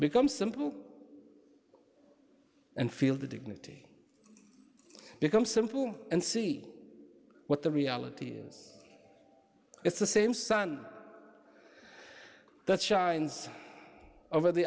become simple and feel the dignity become simple and see what the reality is it's the same sun that shines over the